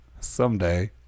Someday